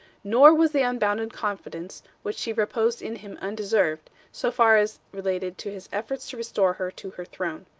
nor was the unbounded confidence which she reposed in him undeserved, so far as related to his efforts to restore her to her throne.